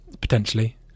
potentially